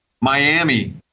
Miami